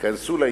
'כנסו לעניין.